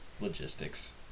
logistics